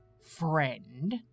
friend